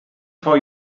for